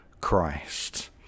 Christ